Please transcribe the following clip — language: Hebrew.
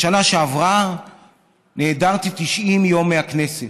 בשנה שעברה נעדרתי 90 יום מהכנסת,